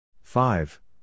five